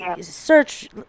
search